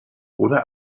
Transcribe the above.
oder